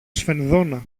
σφενδόνα